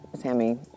Sammy